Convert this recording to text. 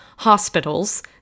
hospitals